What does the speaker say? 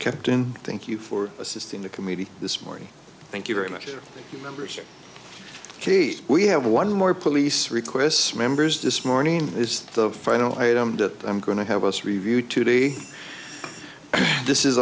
captain thank you for assisting the committee this morning thank you very much members kate we have one more police requests members this morning is the final item that i'm going to have us review today this is